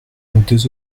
deux